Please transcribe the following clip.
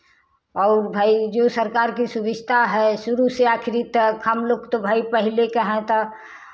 और भाई जो सरकार की सुविधा है शुरू से आखिरी तक हमलोग तो भाई पहिले के हैं तो